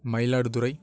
Mayiladuthurai